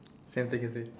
same thing is it